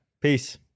peace